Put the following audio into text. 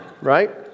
Right